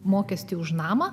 mokestį už namą